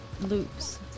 loops